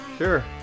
Sure